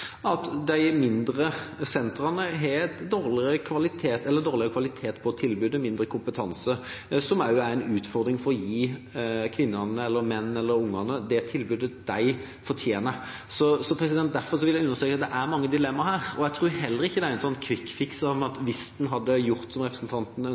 de mindre sentrene har dårligere kvalitet på tilbudet og mindre kompetanse, noe som også er en utfordring med hensyn til å gi kvinnene, mennene eller ungene det tilbudet de fortjener. Derfor vil jeg understreke at det er mange dilemmaer her. Jeg tror heller ikke det er en kvikkfiks om